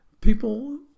People